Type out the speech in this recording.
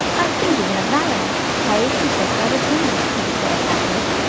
i have been given a valet, paid and fed by the king he declared happily.